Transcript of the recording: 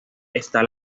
está